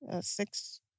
Six